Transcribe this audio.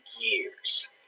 years